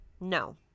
No